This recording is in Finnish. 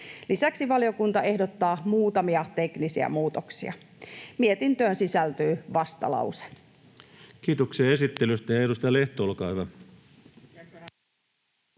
Lisäksi valiokunta ehdottaa muutamia teknisiä muutoksia. Mietintöön sisältyy vastalause. Kiitoksia esittelystä. — Edustaja Lehto, olkaa hyvä.